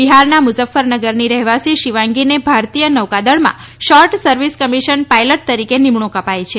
બિહારના મુજફરનગરની રહેવાસી શિવાંગીને ભારતીય નૌકાદળમાં શોર્ટ સર્વિસ કમિશન પાયલટ તરીકે નિમણુંક અપાઇ છે